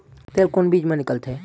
तेल कोन बीज मा निकलथे?